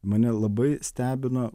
mane labai stebino